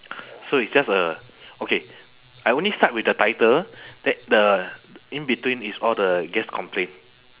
so it's just a okay I only start with the title that the in between it's all the guest complain